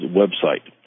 website